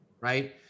right